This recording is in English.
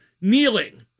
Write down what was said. kneeling